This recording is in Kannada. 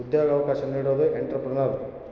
ಉದ್ಯೋಗ ಅವಕಾಶ ನೀಡೋದು ಎಂಟ್ರೆಪ್ರನರ್